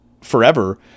forever